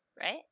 right